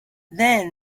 then